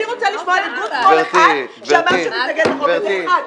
אני רוצה לשמוע ארגון שמאל אחד שאמר שהוא מתנגד לחוק הזה אחד,